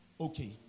Okay